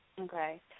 Okay